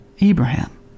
Abraham